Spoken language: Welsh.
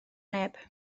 neb